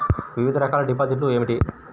వివిధ రకాల డిపాజిట్లు ఏమిటీ?